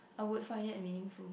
I would find it meaningful